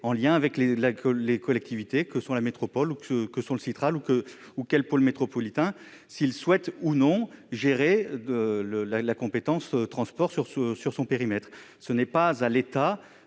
en lien avec les collectivités, la métropole, le Sytral ou le pôle métropolitain, si elle souhaite, ou non, gérer la compétence transport sur son périmètre. Ce n'est pas à l'État